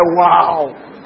wow